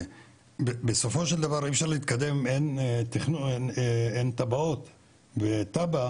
בסופו של דבר אי אפשר להתקדם אם אין תב"עות ותב"ע,